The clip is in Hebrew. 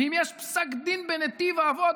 ואם יש פסק דין בנתיב האבות.